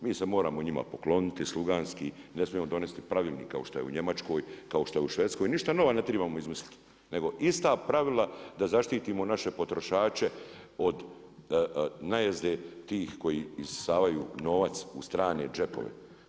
Mi se moramo njima pokloniti, sluganski, ne smijemo donijeti pravilnika kao što je u Njemačkoj, kao što je u Švedskoj, ništa nova ne trebamo izmisliti, nego ista pravila da zaštitimo naše potrošače od najezde tih koji isisavaju novac u strane džepove.